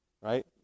right